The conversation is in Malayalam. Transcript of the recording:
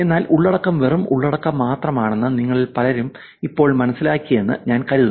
എന്നാൽ ഉള്ളടക്കം വെറും ഉള്ളടക്കം മാത്രമാണെന്ന് നിങ്ങളിൽ പലരും ഇപ്പോൾ മനസ്സിലാക്കിയെന്ന് ഞാൻ കരുതുന്നു